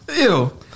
ew